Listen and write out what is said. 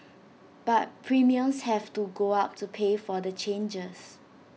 but premiums have to go up to pay for the changes